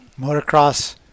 motocross